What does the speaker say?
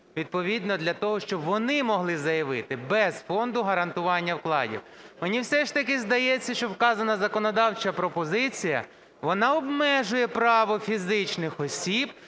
відповідно для того, щоб вони могли заявити без Фонду гарантування вкладів? Мені все ж таки здається, що вказана законодавча пропозиція, вона обмежує право фізичних осіб